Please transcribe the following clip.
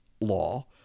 law